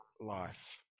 life